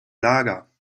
lager